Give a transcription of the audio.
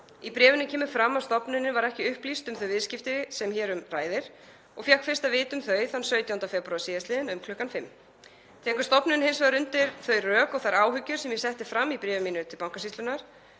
Í bréfinu kemur fram að stofnunin var ekki upplýst um þau viðskipti sem hér um ræðir og fékk fyrst að vita um þau þann 17. mars sl. um klukkan fimm. Tekur stofnunin hins vegar undir þau rök og þær áhyggjur sem ég setti fram í bréfi mínu til Bankasýslunnar